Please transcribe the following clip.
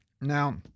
Now